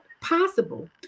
possible